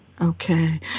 Okay